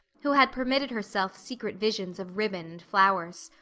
who had permitted herself secret visions of ribbon and flowers.